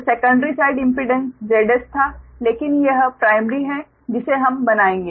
तो secondary side impedance Zs था लेकिन यह प्राइमरी है जिसे हम बनाएंगे